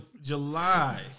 July